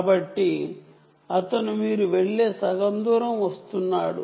కాబట్టి అతను మీరు వెళ్లే సగం దూరం వస్తున్నాడు